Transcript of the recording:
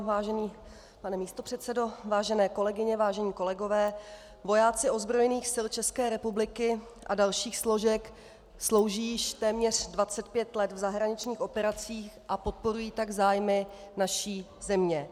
Vážený pane místopředsedo, vážené kolegyně, vážení kolegové, vojáci ozbrojených sil České republiky a dalších složek slouží již téměř 25 let v zahraničních operacích, a podporují tak zájmy naší země.